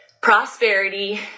prosperity